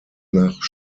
nach